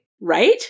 Right